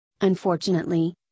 Unfortunately